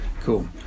Cool